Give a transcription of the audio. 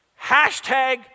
Hashtag